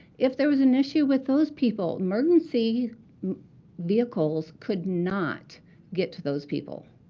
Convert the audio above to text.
if there was an issue with those people, emergency vehicles could not get to those people.